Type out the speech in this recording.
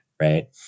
Right